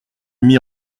mis